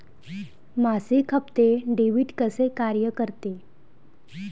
मासिक हप्ते, डेबिट कसे कार्य करते